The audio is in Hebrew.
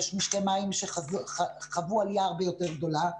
יש משקי מים שחוו עלייה הרבה יותר גדולה.